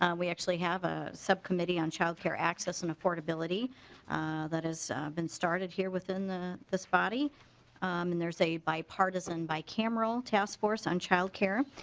um we actually have a subcommittee on childcare access and affordability that is and started here within this body and there is a bipartisan bicameral task force on childcare.